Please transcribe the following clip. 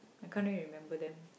I can't really remember them